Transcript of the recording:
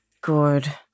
good